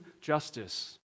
justice